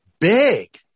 big